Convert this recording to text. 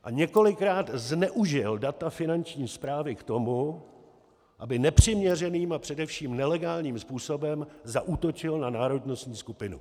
A několikrát zneužil data Finanční správy k tomu, aby nepřiměřeným a především nelegálním způsobem zaútočil na národnostní skupinu.